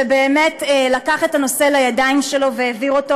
שבאמת לקח את הנושא לידיים שלו והעביר אותו,